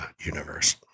universe